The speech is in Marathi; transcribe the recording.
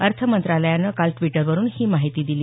अर्थमंत्रालयानं काल ट्वीटरवरुन ही माहिती दिली